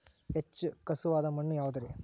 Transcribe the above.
ಹೆಚ್ಚು ಖಸುವಾದ ಮಣ್ಣು ಯಾವುದು ರಿ?